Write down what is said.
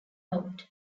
out